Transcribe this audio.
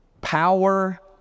Power